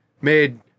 made